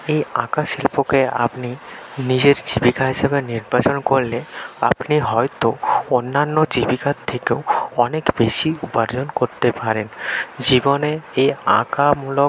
এই আঁকা শিল্পকে আপনি নিজের জীবিকা হিসেবে নির্বাচন করলে আপনি হয়তো অন্যান্য জীবিকার থেকেও অনেক বেশি উপার্জন করতে পারেন জীবনে এই আঁকা মূলক